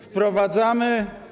Wprowadzamy.